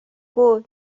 kuu